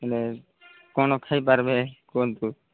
ହେଲେ କ'ଣ ଖାଇପାରିବେ କୁହନ୍ତୁ